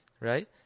right